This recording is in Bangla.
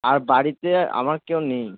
আর বাড়িতে আমার কেউ নেই